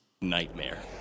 nightmare